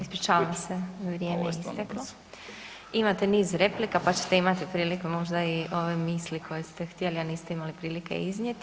Ispričavam se. ... imate niz replika pa ćete imati prilike možda i ove misli koje ste htjeli, a niste imali prilike iznijeti.